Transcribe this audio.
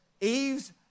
Eve's